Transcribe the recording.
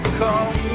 come